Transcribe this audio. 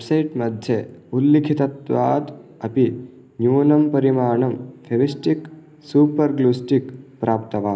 website मध्ये उल्लिखितत्वात् अपि न्यूनं परिमाणं फ़ेविस्टिक् सूपर् ग्लू स्टिक् प्राप्तवान्